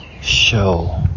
show